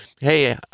hey